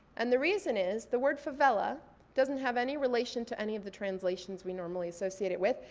and the reason is the word favela doesn't have any relation to any of the translations we normally associate it with.